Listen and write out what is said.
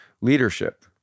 leadership